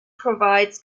provides